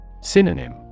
Synonym